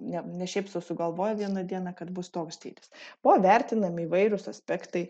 ne ne šiaip sugalvojo vieną dieną kad bus toks dydis buvo vertinami įvairūs aspektai